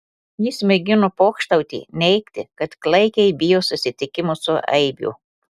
jis mėgino pokštauti neigti kad klaikiai bijo susitikimo su aibių